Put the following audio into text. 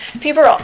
People